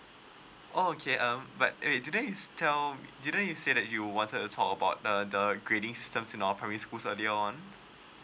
okay um but wait didn't you tell didnt you say that you wanted to talk about the the grading systems in our primary schools earlier on